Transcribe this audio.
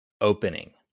opening